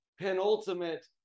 penultimate